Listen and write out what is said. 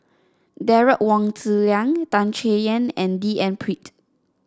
Derek Wong Zi Liang Tan Chay Yan and D N Pritt